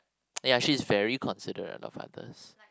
ya she's very considerate of others